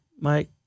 Mike